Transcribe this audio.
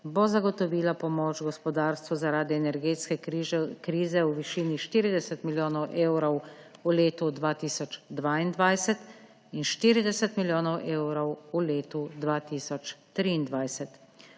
bo zagotovila pomoč gospodarstvu zaradi energetske krize v višini 40 milijonov evrov v letu 2022 in 40 milijonov evrov v letu 2023.